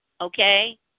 Okay